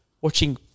Watching